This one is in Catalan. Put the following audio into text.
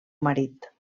marit